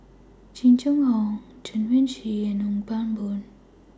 Jing Jun Hong Chen Wen Hsi and Ong Pang Boon